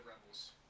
rebels